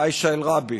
עאישה ראבי.